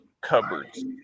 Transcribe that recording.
cupboards